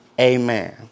Amen